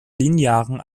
linearen